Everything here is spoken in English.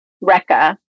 Reka